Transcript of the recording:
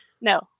no